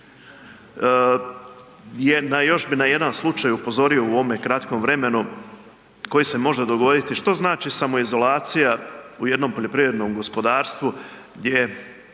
još bi na jedan slučaj upozorio u ovome kratkom vremenu koji se može dogoditi, što znači samoizolacija u jednom poljoprivrednom gospodarstvu gdje